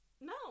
No